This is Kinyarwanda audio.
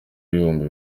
ibihumbi